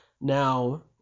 Now